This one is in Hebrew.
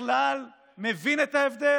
הוא בכלל מבין את ההבדל?